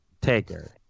Taker